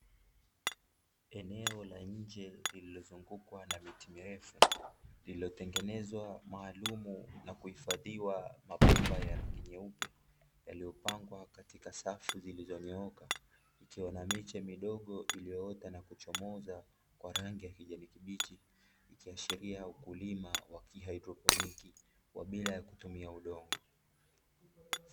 Eneo la nje lililozungukwa na miti mirefu lililotengenezwa maalumu na kuhifadhiwa mabomba ya rangi nyeupe yaliyopangwa katika safu zilizonyooka, ikiwa na miche midogo iliyoota na kuchomoza kwa rangi ya kijani kibichi, ikiashiria ukulima wa, (Kihaidroponiki) wa bila kutumia udongo.